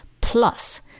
Plus